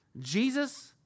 Jesus